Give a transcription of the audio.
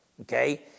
Okay